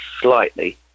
slightly